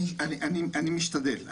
אני משתדל,